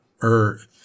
earth